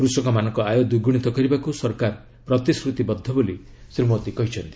କୃଷକମାନଙ୍କ ଆୟ ଦ୍ୱିଗୁଣିତ କରିବାକୁ ସରକାର ପ୍ରତିଶ୍ରତିବଦ୍ଧ ବୋଲି ଶ୍ରୀ ମୋଦୀ କହିଛନ୍ତି